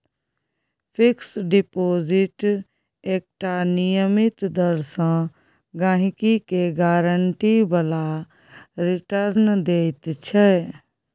fix deposit एकटा नियमित दर सँ गहिंकी केँ गारंटी बला रिटर्न दैत छै